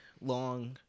long